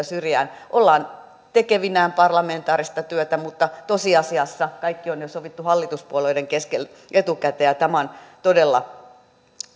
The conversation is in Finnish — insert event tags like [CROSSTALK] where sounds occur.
[UNINTELLIGIBLE] syrjään ollaan tekevinään parlamentaarista työtä mutta tosiasiassa kaikki on jo sovittu hallituspuolueiden kesken etukäteen ja tämä on todella